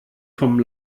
vom